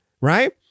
Right